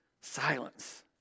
Silence